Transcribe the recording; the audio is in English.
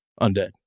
undead